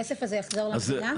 הכסף הזה יחזור למדינה?